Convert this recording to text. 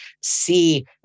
see